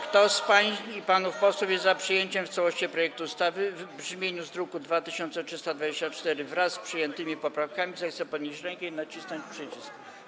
Kto z pań i panów posłów jest za przyjęciem w całości projektu ustawy w brzmieniu z druku nr 2324, wraz z przyjętymi poprawkami, zechce podnieść rękę i nacisnąć przycisk.